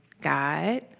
God